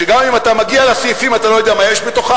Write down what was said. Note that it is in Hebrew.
שגם אם אתה מגיע לסעיפים אתה לא יודע מה יש בתוכם.